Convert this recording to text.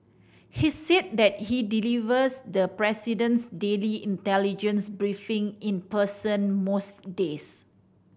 he's said that he delivers the president's daily intelligence briefing in person most days